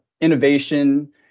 innovation